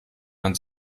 man